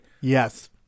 Yes